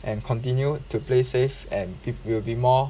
and continue to play safe and peop~ will be more